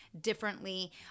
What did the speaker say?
differently